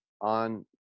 on